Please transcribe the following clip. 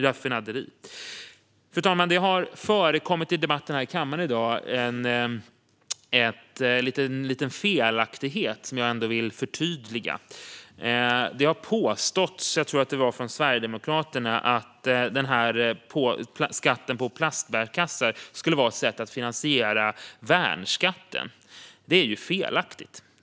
Det har förekommit en liten felaktighet i debatten här i kammaren i dag som jag vill uppmärksamma. Det har påståtts - jag tror att det var från Sverigedemokraterna - att den här skatten på plastbärkassar skulle vara ett sätt att finansiera värnskatten. Det är felaktigt.